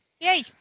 Yay